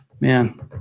man